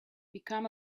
become